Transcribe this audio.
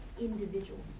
individuals